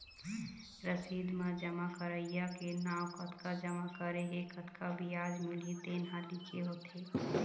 रसीद म जमा करइया के नांव, कतका जमा करे हे, कतका बियाज मिलही तेन ह लिखे होथे